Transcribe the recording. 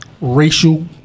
racial